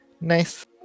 nice